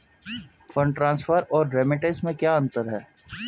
Fund transfer और remittance में क्या अंतर है?